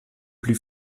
plus